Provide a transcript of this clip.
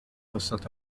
قصة